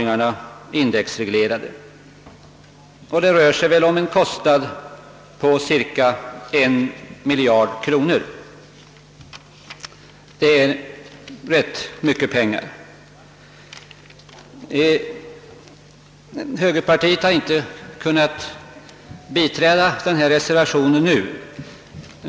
Totalt kommer det nog att röra sig om en kostnad på cirka 1 miljard kronor — onekligen en rätt stor summa. Högerpartiet har inte kunnat biträda den här reservationen nu.